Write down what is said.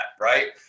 right